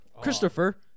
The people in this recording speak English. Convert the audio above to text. Christopher